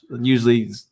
Usually